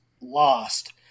lost